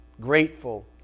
grateful